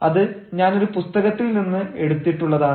അത് ഞാൻ ഒരു പുസ്തകത്തിൽ നിന്ന് എടുത്തിട്ടുള്ളതാണ്